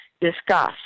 discuss